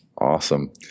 Awesome